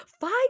five